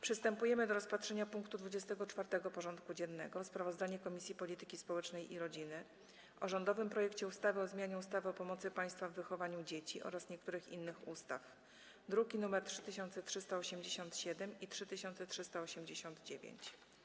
Przystępujemy do rozpatrzenia punktu 24. porządku dziennego: Sprawozdanie Komisji Polityki Społecznej i Rodziny o rządowym projekcie ustawy o zmianie ustawy o pomocy państwa w wychowywaniu dzieci oraz niektórych innych ustaw (druki nr 3387 i 3389)